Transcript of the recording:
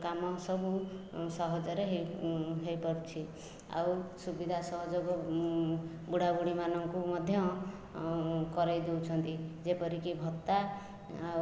କାମ ସବୁ ସହଜରେ ହେଇ ହେଇପାରୁଛି ଆଉ ସୁବିଧା ସହଯୋଗ ବୁଢ଼ା ବୁଢ଼ୀ ମାନଙ୍କୁ ମଧ୍ୟ କରାଇ ଦେଉଛନ୍ତି ଯେପରିକି ଭତ୍ତା ଆଉ